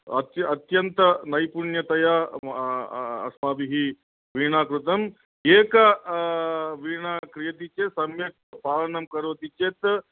अत्य अत्यन्तनैपुण्यतया अस्माभिः वीणा कृतम् एका वीणा क्रियति चेत् सम्यक् वादनं करोति चेत्